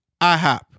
IHOP